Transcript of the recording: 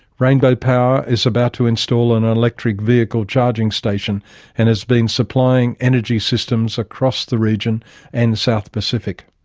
rainbow power is about to install and an electric vehicle charging station and has been supplying energy systems across the region and south pacific.